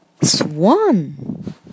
swan